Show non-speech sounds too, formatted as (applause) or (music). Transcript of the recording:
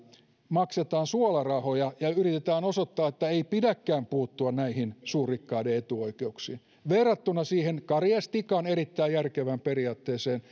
maksetaan suolarahoja ja ja yritetään osoittaa että ei pidäkään puuttua näihin suurrikkaiden etuoikeuksiin verrattuna siihen kari s tikan erittäin järkevään periaatteeseen (unintelligible)